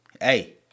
Hey